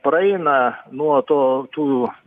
praeina nuo to tų